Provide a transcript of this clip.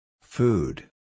Food